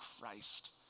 Christ